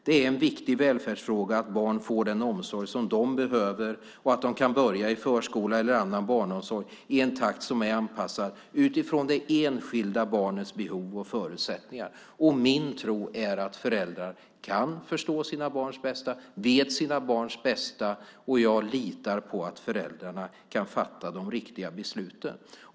Det är en viktig välfärdsfråga att barn får den omsorg de behöver och att de kan börja i förskola eller i annan barnomsorg i en takt som är anpassad utifrån det enskilda barnets behov och förutsättningar. Min tro är att föräldrar kan förstå sina barns bästa och vet sina barns bästa, och jag litar på att föräldrarna kan fatta de riktiga besluten.